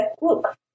look